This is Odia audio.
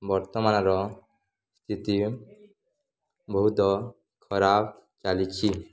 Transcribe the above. ବର୍ତ୍ତମାନର ସ୍ଥିତି ବହୁତ ଖରାପ ଚାଲିଛି